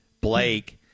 Blake